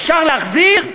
אפשר להחזיר,